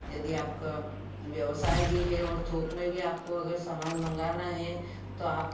यदि आपका व्यवसाय भी है और थोक में भी आपको अगर समान मंगाना है तो आप